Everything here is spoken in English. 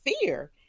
fear